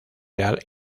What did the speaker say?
real